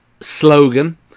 slogan